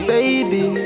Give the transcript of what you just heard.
Baby